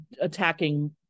attacking